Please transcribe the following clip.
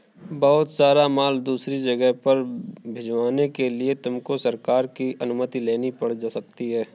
बहुत सारा माल दूसरी जगह पर भिजवाने के लिए तुमको सरकार की अनुमति लेनी पड़ सकती है